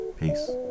Peace